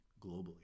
globally